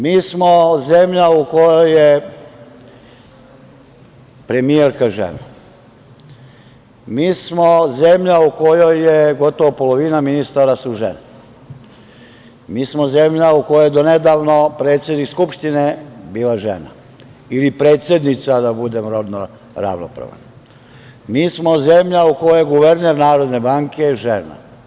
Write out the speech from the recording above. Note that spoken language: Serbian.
Mi smo zemlja u kojoj je premijerka žena, mi smo zemlja u kojoj su gotovo polovina ministara žene, mi smo zemlja u kojoj je donedavno predsednik Skupština bila žena ili predsednica da budem rodno ravnopravan, mi smo zemlja u kojoj je guverner NBS žena.